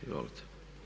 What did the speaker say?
Izvolite.